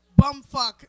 bumfuck